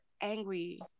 angry